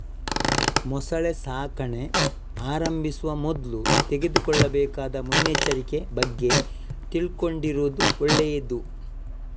ಮೊಸಳೆ ಸಾಕಣೆ ಆರಂಭಿಸುವ ಮೊದ್ಲು ತೆಗೆದುಕೊಳ್ಳಬೇಕಾದ ಮುನ್ನೆಚ್ಚರಿಕೆ ಬಗ್ಗೆ ತಿಳ್ಕೊಂಡಿರುದು ಒಳ್ಳೇದು